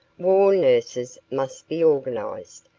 war nurses must be organized,